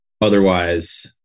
Otherwise